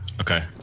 okay